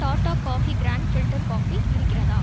tata coffee grand filter coffee இருக்கிறதா